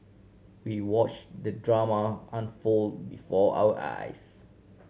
we watch the drama unfold before our eyes